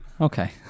okay